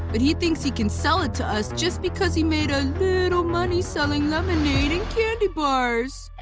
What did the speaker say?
but he thinks he can sell it to us just because he made a little money selling lemonade and candy bars.